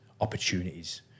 opportunities